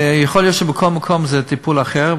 יכול להיות שבכל מקום זה טיפול אחר,